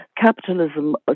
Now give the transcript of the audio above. capitalism